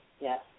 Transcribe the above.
Yes